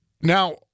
now